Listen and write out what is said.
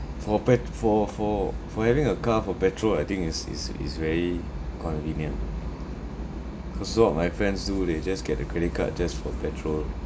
for pet~ for for for having a card for petrol I think is is is very convenient cause a lot of my friends do they just get the credit card just for petrol